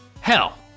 hell